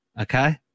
Okay